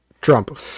Trump